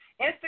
Instagram